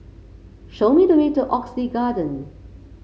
show me the way to Oxley Garden